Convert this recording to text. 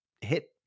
hit